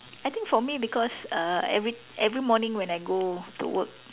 I think for me because uh every every morning when I go to work